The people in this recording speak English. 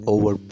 Over